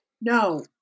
No